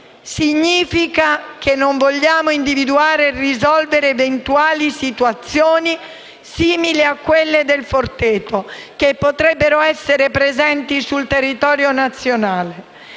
significa che non vogliamo individuare e risolvere eventuali situazioni simili a quelle del Forteto, che potrebbero essere presenti sul territorio nazionale.